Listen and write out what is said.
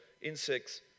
insects